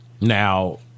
Now